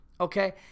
okay